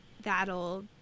that'll